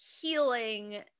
healing